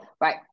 Right